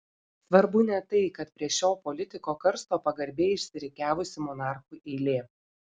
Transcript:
svarbu ne tai kad prie šio politiko karsto pagarbiai išsirikiavusi monarchų eilė